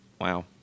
Wow